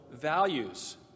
values